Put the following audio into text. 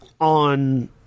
On